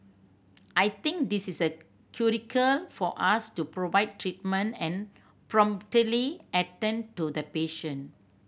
I think this is for us to provide treatment and promptly attend to the patient